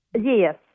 Yes